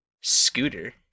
Scooter